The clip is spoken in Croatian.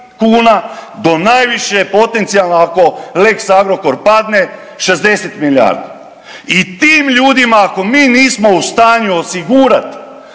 do najviše, potencijalno ako Lex Agrokor padne, 60 milijardi. I tim ljudima ako mi nismo u stanju osigurat